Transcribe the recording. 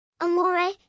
Amore